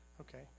Okay